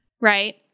Right